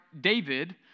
David